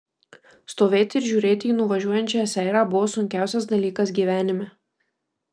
stovėti ir žiūrėti į nuvažiuojančią seirą buvo sunkiausias dalykas gyvenime